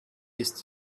ist